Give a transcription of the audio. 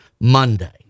Monday